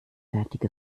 fertige